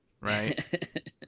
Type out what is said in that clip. right